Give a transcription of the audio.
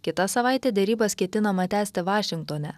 kitą savaitę derybas ketinama tęsti vašingtone